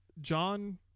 John